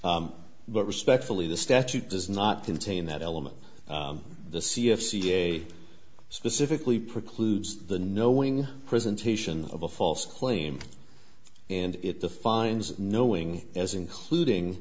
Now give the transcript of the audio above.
but respectfully the statute does not contain that element the c of ca specifically precludes the knowing presentation of a false claim and it defines knowing as including